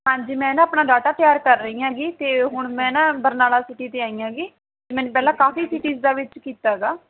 ਹਾਂਜੀ ਮੈਂ ਨਾ ਆਪਣਾ ਡਾਟਾ ਤਿਆਰ ਕਰ ਰਹੀ ਹੈਗੀ ਅਤੇ ਹੁਣ ਮੈਂ ਨਾ ਬਰਨਾਲਾ ਸਿਟੀ 'ਤੇ ਆਈ ਹੈਗੀ ਮੈਨੂੰ ਪਹਿਲਾਂ ਕਾਫ਼ੀ ਸਿਟੀਜ਼ ਦੇ ਵਿੱਚ ਕੀਤਾ ਗਾ